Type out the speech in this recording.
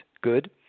good